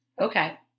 Okay